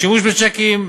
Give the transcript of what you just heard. השימוש בצ'קים,